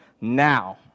now